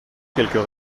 quelques